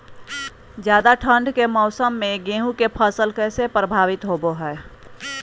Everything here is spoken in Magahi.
ज्यादा ठंड के मौसम में गेहूं के फसल कैसे प्रभावित होबो हय?